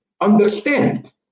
understand